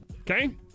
Okay